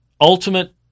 ultimate